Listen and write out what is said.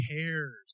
cares